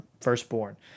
firstborn